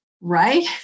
right